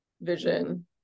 vision